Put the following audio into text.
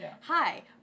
Hi